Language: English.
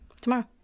Tomorrow